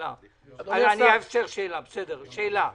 אדוני השר,